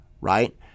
right